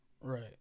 right